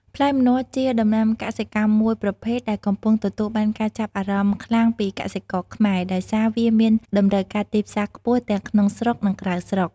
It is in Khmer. ផ្លែម្នាស់ ជាដំណាំកសិកម្មមួយប្រភេទដែលកំពុងទទួលបានការចាប់អារម្មណ៍ខ្លាំងពីកសិករខ្មែរ ដោយសារវាមានតម្រូវការទីផ្សារខ្ពស់ទាំងក្នុងស្រុក និងក្រៅស្រុក។